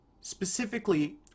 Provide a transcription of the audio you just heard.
Specifically